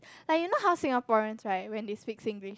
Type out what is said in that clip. like you know how Singaporeans right when they speak Singlish